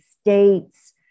states